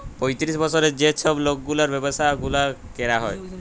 পঁয়তিরিশ বসরের যে ছব লকগুলার ব্যাবসা গুলা ক্যরা হ্যয়